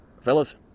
fellas